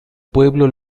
pueblo